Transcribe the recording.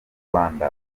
rwanda